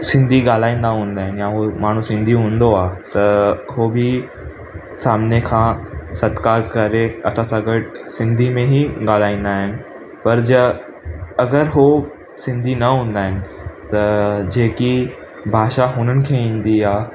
सिंधी ॻाल्हाइंदा हूंदा आहिनि या उए माण्हू सिंधी हूंदो आहे त उहे बि सामिने खां सतकार करे असां सां गॾु सिंधी में ई ॻाल्हाईंदा आहिनि पर जा अगरि उहे सिंधी न हूंदा आहिनि त जेकी भाषा हुननि खे ईंदी आहे